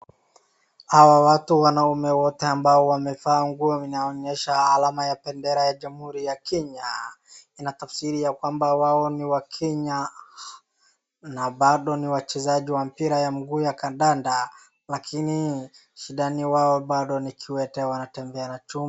Hawa watu wanaume wote wamevaa nguo inayonyesha alama ya bendera ya jamhuri ya Kenya, ina taafsiri yakwambaa wao ni wakenya na bado ni wachezaji wampira ya mguu wa kandanda lakini shida yao bado ni viwete wanatembea na chuma.